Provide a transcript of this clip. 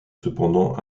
cependant